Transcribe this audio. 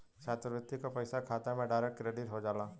छात्रवृत्ति क पइसा खाता में डायरेक्ट क्रेडिट हो जाला